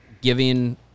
giving